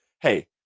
hey